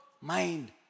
mind